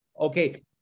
Okay